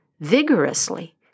vigorously